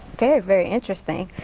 very, very interesting.